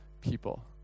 people